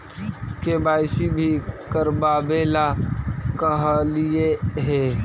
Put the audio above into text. KYC भी करवावेला कहलिये हे?